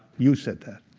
you said that.